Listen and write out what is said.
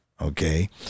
okay